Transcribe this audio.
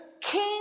king